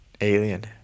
*Alien*